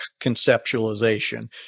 conceptualization